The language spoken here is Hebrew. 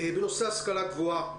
בנושא השכלה גבוהה.